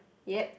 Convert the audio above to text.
yep